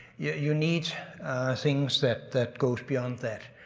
you need things that that go beyond that.